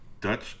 Dutch